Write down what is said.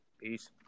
Peace